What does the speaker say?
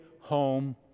home